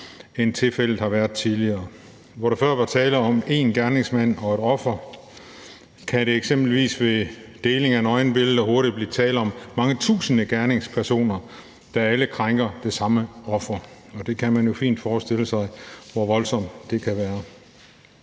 end tilfældet har været tidligere. Hvor der før var tale om én gerningsmand og ét offer, kan der eksempelvis ved deling af nøgenbilleder hurtigt blive tale om mange tusinde gerningspersoner, der alle krænker det samme offer, og man kan jo fint forestille sig, hvor voldsomt det kan være.